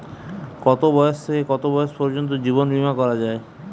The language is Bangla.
কতো বয়স থেকে কত বয়স পর্যন্ত জীবন বিমা করা যায়?